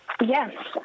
Yes